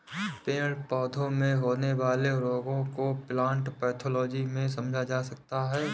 पेड़ पौधों में होने वाले रोगों को प्लांट पैथोलॉजी में समझा जाता है